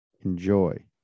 Enjoy